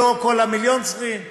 רק מבחן אחד, נאמנות למדינת ישראל.